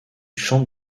chante